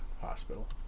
hospital